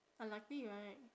unlikely right